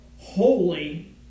holy